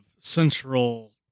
central